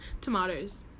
Tomatoes